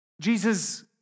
Jesus